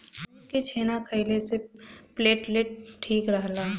दूध के छेना खइले से प्लेटलेट ठीक रहला